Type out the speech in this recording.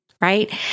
right